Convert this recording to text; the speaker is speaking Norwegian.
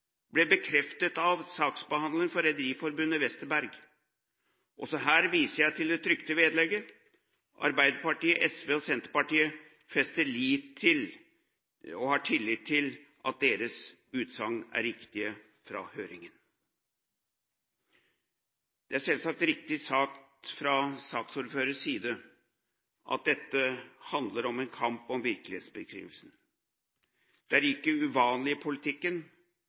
ble bekreftet av tidligere saksbehandler i Rederiforbundet, Westerberg. Også her viser jeg til det trykte vedlegget. Arbeiderpartiet, SV og Senterpartiet fester lit til og har tillit til at deres utsagn i høringen er riktige. Det er selvsagt riktig sagt fra saksordførerens side at dette handler om en kamp om virkelighetsbeskrivelsen. Det er ikke uvanlig i politikken,